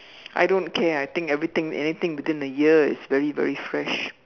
I don't care I think everything anything between the year is very very fresh